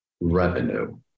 revenue